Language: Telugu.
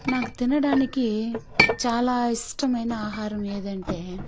నాకు తినడానికి చాలా ఇష్టమైన ఆహారం ఏదంటే